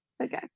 Okay